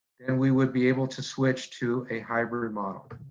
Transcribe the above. and we would be able to switch to a hybrid model.